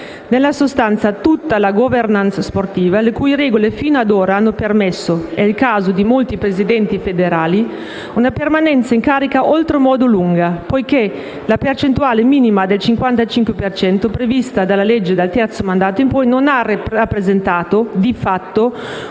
nella sostanza, a tutta la *governance* sportiva, le cui regole fino ad ora hanno permesso - è il caso di molti presidenti federali - una permanenza in carica oltre modo lunga. La percentuale minima del 55 per cento, infatti, prevista dalla legge dal terzo mandato in poi, non ha rappresentato, di fatto, un ostacolo